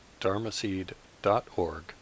dharmaseed.org